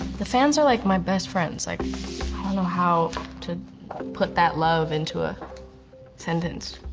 the fans are like my best friends. i don't know how to put that love into a sentence.